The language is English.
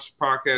podcast